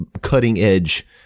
cutting-edge